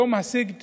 יום הסיגד